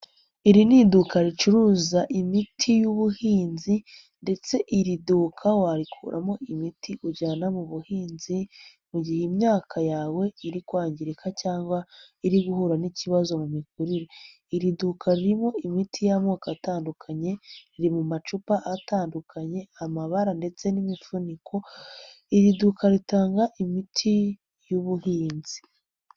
Iri ni iduka ricuruza imiti y'ubuhinzi ndetse iri duka warikuramo imiti ujyana mu buhinzi mu gihe imyaka yawe iri kwangirika cyangwa iri guhura n'ikibazo mu mikurire. Iri duka ririmo imiti y'amoko atandukanye, iri mu macupa atandukanye amabara ndetse n'imifuniko, iri duka ritanga imiti y'ubuhinzi.